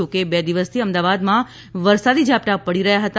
જો કે બે દિવસથી અમદાવાદમાં વરસાદી ઝાપટાં પડી રહ્યા હતા